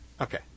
Okay